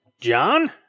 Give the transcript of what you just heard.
John